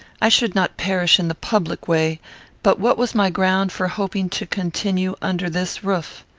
i should not perish in the public way but what was my ground for hoping to continue under this roof?